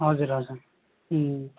हजुर हजुर